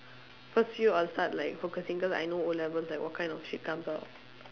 first few I'll start like focusing cause I know O levels like what kind of shit comes out